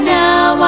now